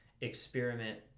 experiment